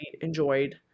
enjoyed